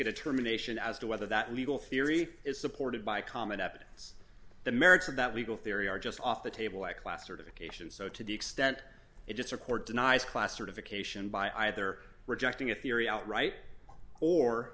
determination as to whether that legal theory is supported by common evidence the merits of that legal theory are just off the table at class certification so to the extent it just support denies class certification by either rejecting a theory outright or